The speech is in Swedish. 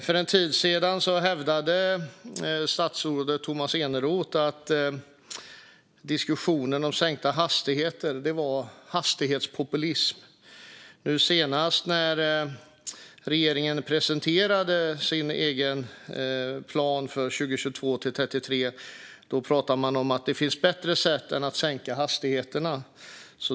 För en tid sedan hävdade statsrådet Tomas Eneroth att diskussionen om sänkta hastigheter var hastighetspopulism. Nu senast, när regeringen presenterade sin egen plan för 2022-2033, pratade man om att det finns bättre sätt än att sänka hastigheterna.